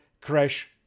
Crash